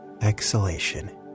exhalation